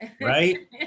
Right